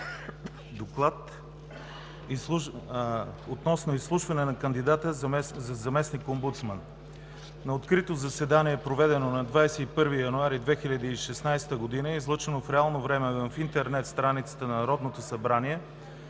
човека относно изслушване на кандидата за заместник-омбудсман На открито заседание, проведено на 21 януари 2016 г. и излъчено в реално време в интернет страницата на Народното събрание,